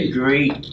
great